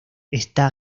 está